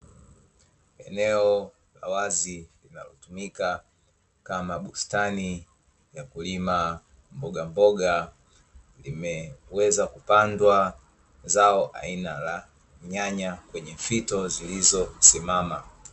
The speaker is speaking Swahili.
Eneo la wazi linalotumika kama bustani ya kulima mbogamboga zimeweza kupandwa zao aina ya nyanya kwenye fito zilizo simama.